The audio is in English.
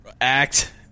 act